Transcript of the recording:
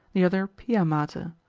the other pia mater.